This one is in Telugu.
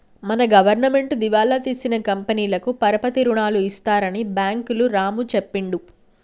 మన గవర్నమెంటు దివాలా తీసిన కంపెనీలకు పరపతి రుణాలు ఇస్తారని బ్యాంకులు రాము చెప్పిండు